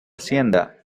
hacienda